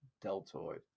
deltoid